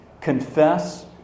confess